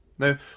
Now